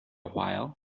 while